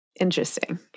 Interesting